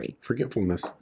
Forgetfulness